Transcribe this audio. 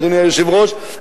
אדוני היושב-ראש,